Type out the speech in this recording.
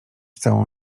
całą